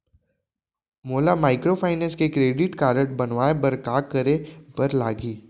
मोला माइक्रोफाइनेंस के credit card बनवाए बर का करे बर लागही?